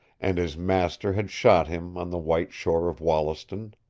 and his master had shot him on the white shore of wollaston.